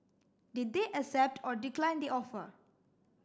did they accept or decline the offer